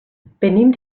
benimm